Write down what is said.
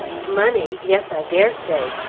money! yes, i dare say.